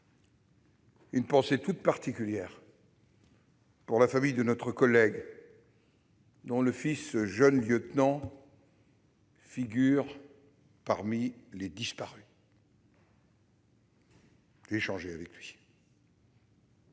une pensée toute particulière pour la famille de notre collègue, dont le fils, jeune lieutenant, figure parmi les disparus. Je viens de